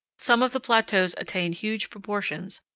some of the plateaus attain huge proportions,